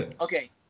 okay